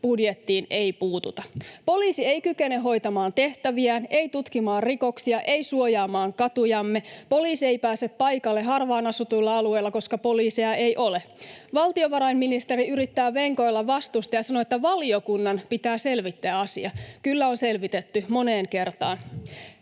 budjettiin ei puututa. Poliisi ei kykene hoitamaan tehtäviään, ei tutkimaan rikoksia, ei suojaamaan katujamme. Poliisi ei pääse paikalle harvaan asutuilla alueilla, koska poliiseja ei ole. Valtiovarainministeri yrittää venkoilla vastuusta ja sanoo, että valiokunnan pitää selvittää asia. Kyllä on selvitetty moneen kertaan.